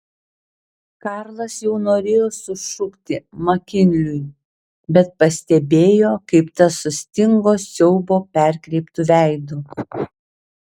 karlas jau norėjo sušukti makinliui bet pastebėjo kaip tas sustingo siaubo perkreiptu veidu